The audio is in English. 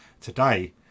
Today